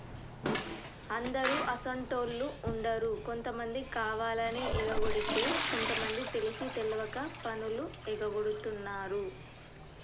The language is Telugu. అందరు అసోంటోళ్ళు ఉండరు కొంతమంది కావాలని ఎగకొడితే కొంత మంది తెలిసి తెలవక పన్నులు ఎగగొడుతున్నారు